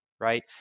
right